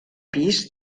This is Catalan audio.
pis